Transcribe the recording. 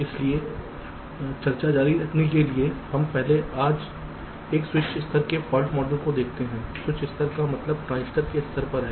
इसलिए चर्चा जारी रखने के लिए हम पहले आज कुछ स्विच स्तर के फाल्ट मॉडल को देखते हैं स्विच स्तर का मतलब ट्रांजिस्टर के स्तर पर है